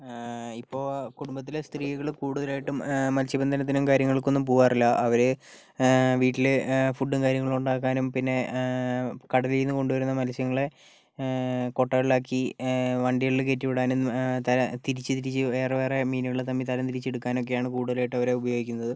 ഇപ്പോൾ കുടുംബത്തിലെ സ്ത്രീകള് കൂടുതലായിട്ടും മത്സ്യബന്ധനത്തിനും കാര്യങ്ങൾക്കൊന്നും പോകാറില്ല അവര് വീട്ടില് ഫുഡും കാര്യങ്ങളും ഉണ്ടാക്കാനും പിന്നെ കടലിൽ നിന്ന് കൊണ്ടുവരുന്ന മത്സ്യങ്ങളെ കുട്ടകളിലാക്കി വണ്ടികളില് കയറ്റി വിടാനും തിരിച്ച് തിരച്ച് വേറെ വേറെ മീനുകളെ തമ്മില് തരം തിരിച്ചെടുക്കാനും ഒക്കെ ആണ് കൂടുതലായിട്ടും അവരെ ഉപയോഗിക്കുന്നത്